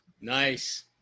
Nice